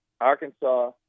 Arkansas